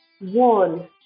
one